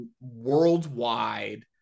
worldwide